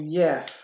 yes